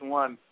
one –